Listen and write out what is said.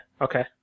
okay